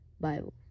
Bible